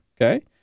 okay